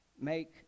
make